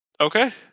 Okay